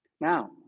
Now